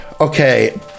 Okay